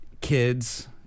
kids